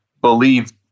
believe